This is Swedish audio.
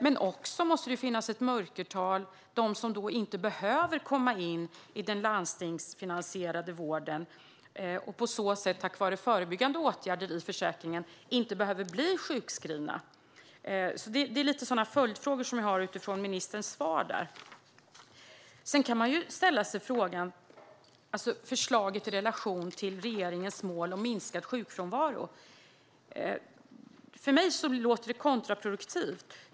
Det måste finnas ett mörkertal när det gäller dem som inte behöver komma in i den landstingsfinansierade vården och tack vare förebyggande åtgärder i försäkringen inte behöver bli sjukskrivna. Det är mina följdfrågor på ministerns svar. Sedan kan man ju ställa sig frågan hur det här förslaget förhåller sig till regeringens mål om minskad sjukfrånvaro. För mig låter det kontraproduktivt.